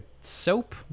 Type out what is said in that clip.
soap